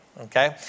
Okay